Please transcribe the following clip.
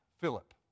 Philip